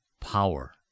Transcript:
power